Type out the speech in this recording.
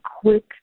quick